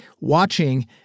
watching